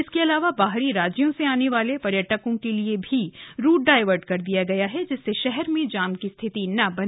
इसके अलावा बाहरी राज्यों से आने वाले पर्यटकों के लिए भी रूट डाइवर्ट कर दिया गया है जिससे शहर में जाम की स्थिति न बने